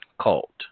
cult